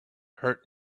hurt